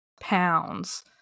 pounds